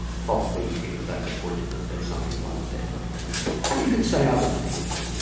probably you know that's a pointer that there's something wrong with it. and you can say other things.